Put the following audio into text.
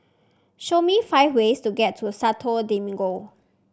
show me five ways to get to the Santo Domingo